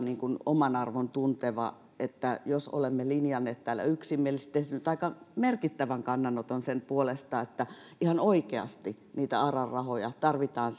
oman arvon tunteva että jos olemme linjanneet täällä yksimielisesti tehdyn taikka merkittävän kannanoton sen puolesta että ihan oikeasti niitä aran rahoja tarvitaan